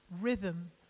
rhythm